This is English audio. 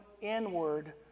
inward